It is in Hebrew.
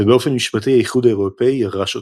ובאופן משפטי האיחוד האירופי ירש אותם.